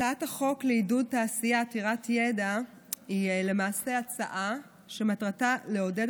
הצעת החוק לעידוד תעשייה עתירה ידע היא למעשה הצעה שמטרתה לעודד